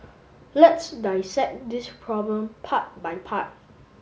let's dissect this problem part by part